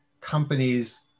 companies